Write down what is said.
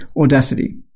Audacity